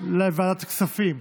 לוועדת הכספים.